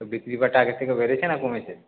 বিক্রি বাট্টা আগের থেকে বেড়েছে না কমেছে